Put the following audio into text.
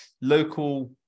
local